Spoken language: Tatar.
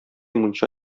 мунча